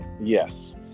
Yes